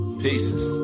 pieces